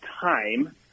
time